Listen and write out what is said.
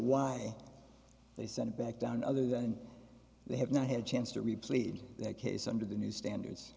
why they sent it back down other than they have not had a chance to replete that case under the new standards